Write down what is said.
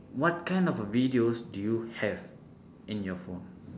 what kind of videos do you have in your phone